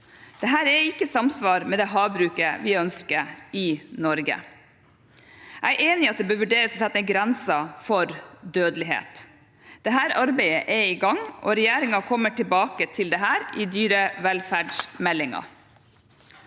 Dette er ikke i samsvar med det havbruket vi ønsker i Norge. Jeg enig i at det bør vurderes å sette en grense for dødelighet. Dette arbeidet er i gang, og regjeringen kommer tilbake til dette i dyrevelferdsmeldingen.